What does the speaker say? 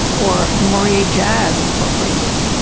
or du maurier jazz incorporated, yeah